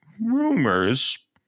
rumors